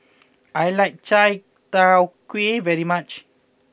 I like Chai Tow Kuay very much